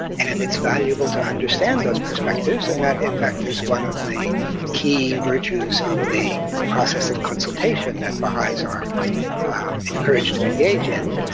and it's valuable to understand those perspectives and that in fact is one of the key virtues of the process of consultation, that baha'is are encouraged to engage in,